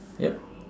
yup